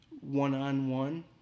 one-on-one